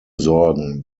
sorgen